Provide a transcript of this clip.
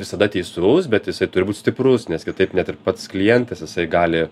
visada teisus bet jisai turi būt stiprus nes kitaip net ir pats klientas jisai gali